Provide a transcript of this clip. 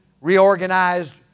reorganized